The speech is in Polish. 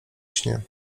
śnie